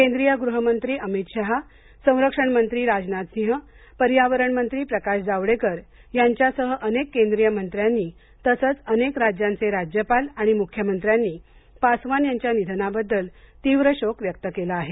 केंद्रीय गृहमंत्री अमित शाह संरक्षण मंत्री राजनाथ सिंग पर्यावरण मंत्री प्रकाश जावडेकर यांच्यासह अनेक केंद्रीय मंत्र्यांनी तसंच अनेक राज्यांचे राज्यपाल आणि मुख्यमंत्र्यांनी पासवान यांच्या निधनाबद्दल तीव्र शोक व्यक्त केला आहे